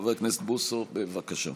חבר הכנסת בוסו, בבקשה.